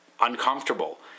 uncomfortable